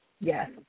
Yes